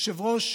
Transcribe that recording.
יושב-ראש